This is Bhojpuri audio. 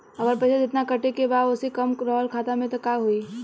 अगर पैसा जेतना कटे के बा ओसे कम रहल खाता मे त का होई?